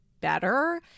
better